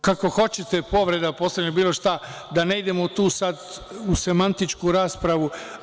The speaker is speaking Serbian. Kako hoćete, povreda Poslovnika, bilo šta, da ne idemo u semantičku raspravu.